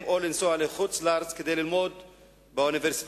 או לנסוע לחוץ-לארץ כדי ללמוד באוניברסיטאות.